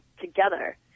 together